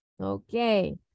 Okay